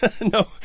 no